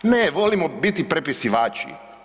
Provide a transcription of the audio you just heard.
Ne, volimo biti prepisivači.